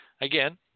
Again